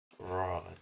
Right